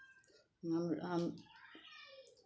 हम